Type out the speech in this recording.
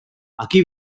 aquí